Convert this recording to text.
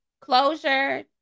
Closure